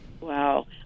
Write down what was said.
Wow